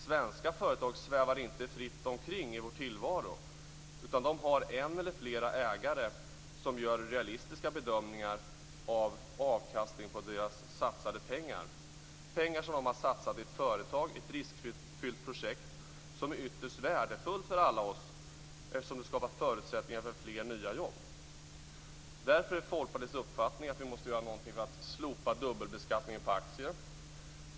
Svenska företag svävar ju inte fritt omkring i vår tillvaro, utan de har en eller flera ägare som gör realistiska bedömningar av avkastningen på deras satsade pengar, pengar som de har satsat i ett företag eller i ett riskfyllt projekt som är ytterst värdefullt för oss alla eftersom det skapar förutsättningar för fler nya jobb. Därför är det Folkpartiets uppfattning att någonting måste göras för att slopa dubbelbeskattningen på aktier.